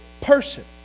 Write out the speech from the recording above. person